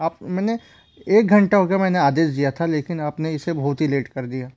आप मैंने एक घंटा हो गया मैंने आदेश दिया था लेकिन आप ने इसे बहुत ही लेट कर दिया